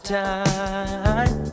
time